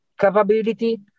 capability